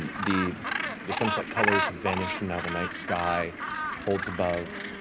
the the sunset colors have vanished and now the night sky holds above.